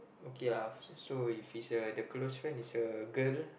okay ah just show if uh the close friend is a girl